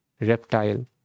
reptile